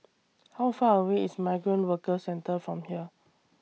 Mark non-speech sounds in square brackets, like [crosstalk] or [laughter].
[noise] How Far away IS Migrant Workers Centre from here